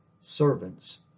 Servants